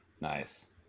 nice